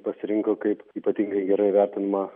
pasirinko kaip ypatingai gerai vertinamą